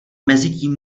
mezitím